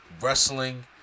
wrestling